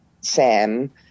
sam